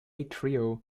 trio